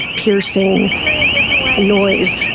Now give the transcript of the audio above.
piercing noise.